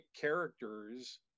characters